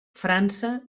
frança